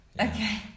Okay